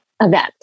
event